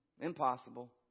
Impossible